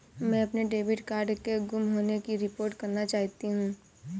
मैं अपने debit card के गुम होने की रिपोर्ट करना चाहती हूँ